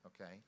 okay